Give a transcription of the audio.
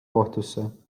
kohtusse